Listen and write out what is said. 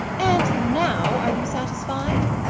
and now are you satisfied?